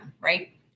right